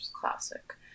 Classic